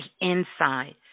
inside